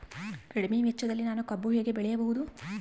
ಕಡಿಮೆ ವೆಚ್ಚದಲ್ಲಿ ನಾನು ಕಬ್ಬು ಹೇಗೆ ಬೆಳೆಯಬಹುದು?